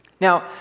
Now